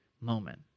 moment